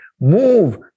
move